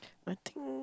I think